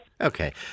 Okay